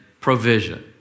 provision